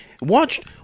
Watch